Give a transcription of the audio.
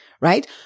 right